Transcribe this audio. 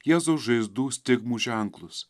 jėzaus žaizdų stigmų ženklus